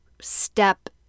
step